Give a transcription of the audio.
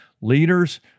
leaders